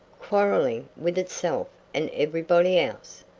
quarreling with itself and everybody else,